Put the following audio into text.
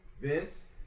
Vince